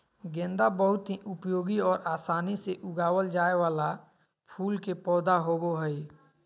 गेंदा बहुत ही उपयोगी और आसानी से उगावल जाय वाला फूल के पौधा होबो हइ